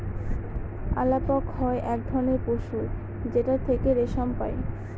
আলাপক হয় এক ধরনের পশু যেটার থেকে রেশম পাই